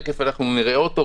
תכף נראה אותו,